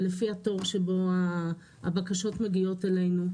ולפי התור שבו הבקשות מגיעות אלינו.